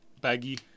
Baggy